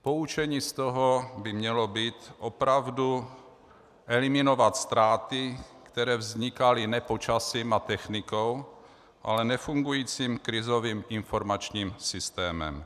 Poučení z toho by mělo být opravdu eliminovat ztráty, které vznikaly ne počasím a technikou, ale nefungujícím krizovým informačním systémem.